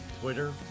Twitter